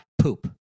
poop